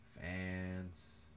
fans